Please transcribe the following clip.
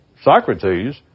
Socrates